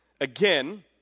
Again